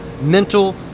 mental